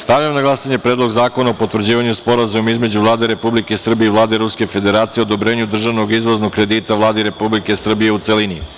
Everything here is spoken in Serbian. Stavljam na glasanje Predlog zakona o potvrđivanju Sporazuma između Vlade Republike Srbije i Vlade Ruske Federacije o odobrenju državnog izvoznog kredita Vladi Republike Srbije, u celini.